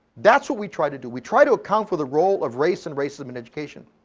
that's what we try to do. we try to account for the role of race and racism in education.